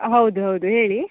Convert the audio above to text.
ಹೌದು ಹೌದು ಹೇಳಿ